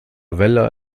vella